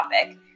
topic